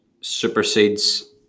supersedes